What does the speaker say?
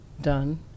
done